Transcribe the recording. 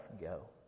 go